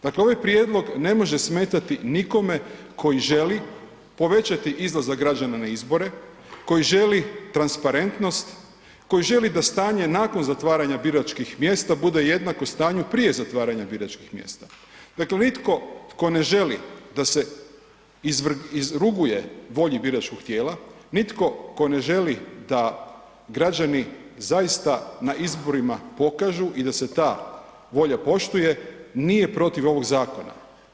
Dakle, ovaj prijedlog ne može smetati nikome koji želi povećati izlazak građana na izbore, koji želi transparentnost, koji želi da stanje nakon zatvaranja biračkih mjesta bude jednako stanju prije zatvaranja biračkih mjesta, dakle nitko tko ne želi da se izruguje volji biračkog tijela, nitko tko ne želi da građani zaista na izborima pokažu i da se ta volja poštuje nije protiv ovog zakona.